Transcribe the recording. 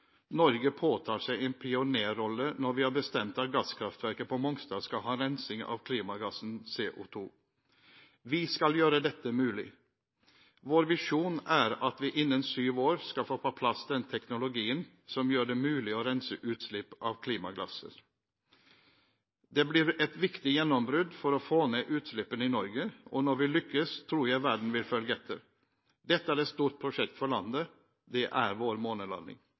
Norge påtar seg en pionerrolle når vi har bestemt at gasskraftverket på Mongstad skal ha rensing av klimagassen CO2. Vi skal gjøre dette mulig.» Og videre: «Vår visjon er at vi innen 7 år skal få på plass den teknologien som gjør det mulig å rense utslipp av klimagasser. Det blir et viktig gjennombrudd for å få ned utslippene i Norge, og når vi lykkes tror jeg verden vil følge etter. Dette er et stort prosjekt for landet. Det er vår månelanding.»